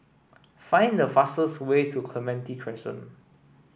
find the fastest way to Clementi Crescent